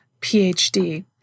PhD